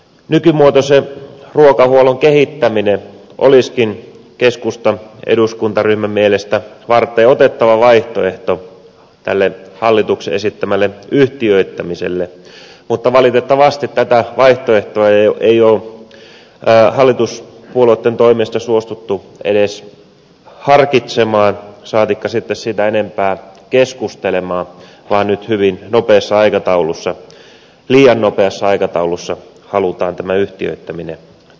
nykymuotoisen ruokahuollon kehittäminen olisikin keskustan eduskuntaryhmän mielestä varteenotettava vaihtoehto tälle hallituksen esittämälle yhtiöittämiselle mutta valitettavasti tätä vaihtoehtoa ei ole hallituspuolueitten toimesta suostuttu edes harkitsemaan saatikka sitten siitä enempää keskustelemaan vaan nyt hyvin nopeassa aikataulussa liian nopeassa aikataulussa halutaan tämä yhtiöittäminen tehdä